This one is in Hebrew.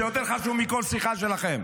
זה יותר חשוב מכל שיחה שלכם,